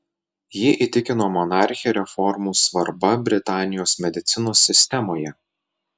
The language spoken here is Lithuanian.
ji įtikino monarchę reformų svarba britanijos medicinos sistemoje